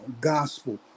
Gospel